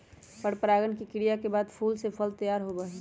परागण के क्रिया के बाद फूल से फल तैयार होबा हई